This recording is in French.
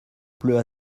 pleut